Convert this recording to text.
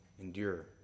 endure